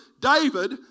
David